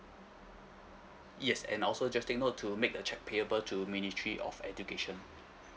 yes and also just to take note to make the cheque payable to ministry of education